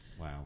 Wow